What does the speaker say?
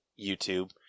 YouTube